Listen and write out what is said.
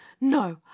no